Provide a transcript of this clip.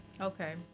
Okay